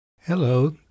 Hello